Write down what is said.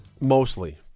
mostly